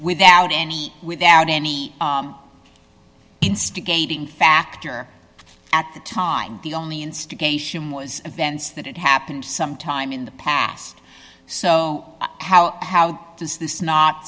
without any without any instigating factor at the time the only instigation was events that happened sometime in the past so how how does this not